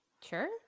sure